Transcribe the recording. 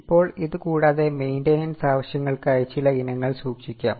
ഇപ്പോൾ ഇത് കൂടാതെ മൈന്റയിനൻസ് ആവശ്യങ്ങൾക്കായി ചില ഇനങ്ങൾ സൂക്ഷിക്കാം